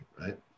Right